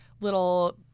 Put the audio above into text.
little